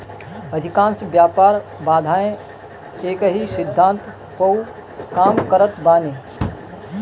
अधिकांश व्यापार बाधाएँ एकही सिद्धांत पअ काम करत बानी